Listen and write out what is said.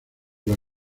los